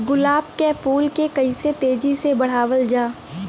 गुलाब क फूल के कइसे तेजी से बढ़ावल जा?